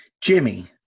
Jimmy